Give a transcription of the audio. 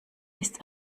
ist